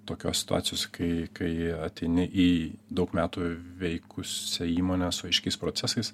tokiose situacijose kai kai ateini į daug metų veikusią įmonę su aiškiais procesais